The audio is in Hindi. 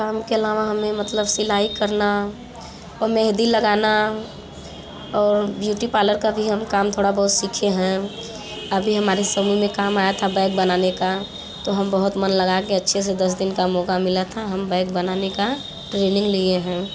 काम के अलावा हमें मतलब सिलाई करना औ मेंहदी लगाना और ब्यूटी पार्लर का भी हम काम थोड़ा बहुत सीखे हैं अभी हमारे समूह में काम आया था बैग बनाने का तो हम बहुत मन लगाके अच्छे से दस दिन का मौका मिला था हम बैग बनाने का ट्रेनिंग लिए हैं